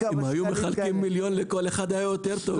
אם היו מחלקים מיליון לכל אחד היה יותר טוב.